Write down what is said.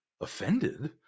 Offended